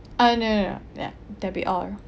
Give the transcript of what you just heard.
ah no no no ya that'll be all